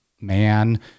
man